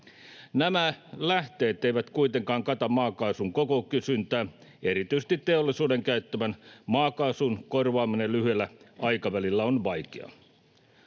Nämä lähteet eivät kuitenkaan kata maakaasun koko kysyntää. Erityisesti teollisuuden käyttämän maakaasun korvaaminen lyhyellä aikavälillä on vaikeaa.